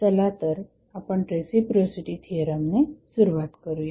चला तर आपण रेसिप्रोसिटी थिअरम ने सुरूवात करूया